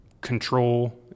control